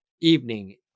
evening